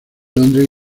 londres